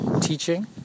teaching